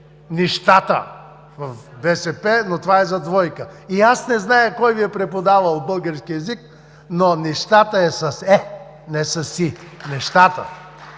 „нищата“ в БСП, но това е за двойка.“ И аз не зная кой Ви е преподавал български език, но „нещата“ е с „е“, не е с „и“ – нещата!